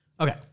Okay